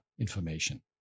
information